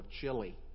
chili